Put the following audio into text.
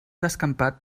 descampat